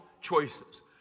choices